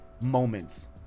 moments